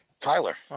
Tyler